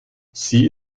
sie